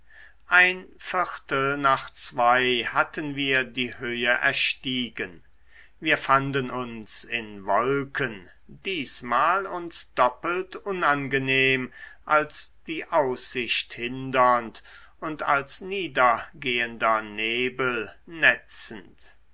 ein viertel nach zwei hatten wir die höhe erstiegen wir fanden uns in wolken diesmal uns doppelt unangenehm als die aussicht hindernd und als niedergehender nebel netzend